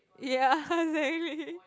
ya exactly